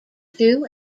two